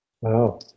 Wow